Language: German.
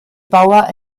baur